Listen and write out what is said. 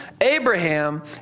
Abraham